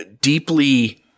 deeply